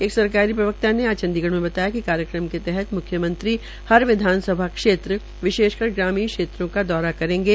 एक सरकारी प्रवक्ता ने आज चंडीगढ़ में बतायाकि कार्यक्रम के तहत म्ख्यमंत्री हर विधानसभा क्षेत्र विशेष कर ग्रामीण क्षेत्रो का दौरा करेंगे